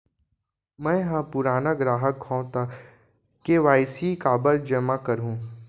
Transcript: मैं ह पुराना ग्राहक हव त के.वाई.सी काबर जेमा करहुं?